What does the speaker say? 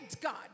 God